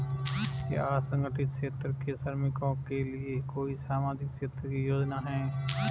क्या असंगठित क्षेत्र के श्रमिकों के लिए कोई सामाजिक क्षेत्र की योजना है?